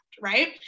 right